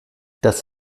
das